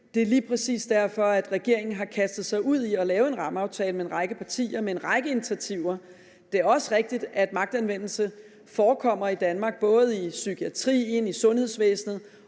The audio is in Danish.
Det er lige præcis derfor, regeringen har kastet sig ud i at lave en rammeaftale med en række initiativer sammen med en række partier. Det er også rigtigt, at magtanvendelse forekommer i Danmark, både psykiatrien, i sundhedsvæsenet